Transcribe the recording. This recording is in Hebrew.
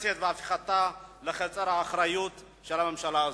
הכנסת ולהפיכתה לחצר האחורית של הממשלה.